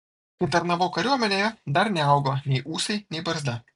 kai tarnavau kariuomenėje dar neaugo nei ūsai nei barzda